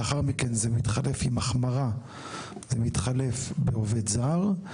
לאחר מכן זה מתחלף, עם החמרה זה מתחלף בעובד זר.